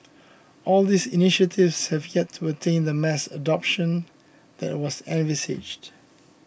all these initiatives have yet to attain the mass adoption that was envisaged